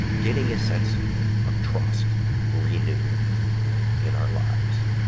getting a sense of trust renewed in our lives.